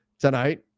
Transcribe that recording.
tonight